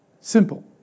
Simple